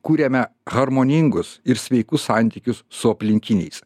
kuriame harmoningus ir sveikus santykius su aplinkiniais